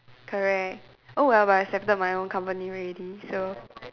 correct oh well but I accepted my own company already so